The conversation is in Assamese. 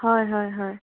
হয় হয় হয়